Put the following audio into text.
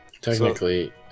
technically